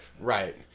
Right